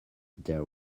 there